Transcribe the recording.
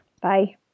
Bye